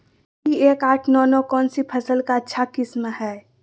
P एक आठ नौ नौ कौन सी फसल का अच्छा किस्म हैं?